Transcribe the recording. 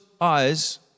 eyes